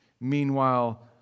Meanwhile